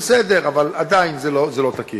בסדר, אבל עדיין זה לא תקין.